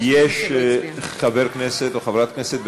אינו נוכח יש חבר כנסת או חברת כנסת,